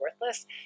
worthless